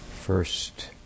first